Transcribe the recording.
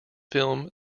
film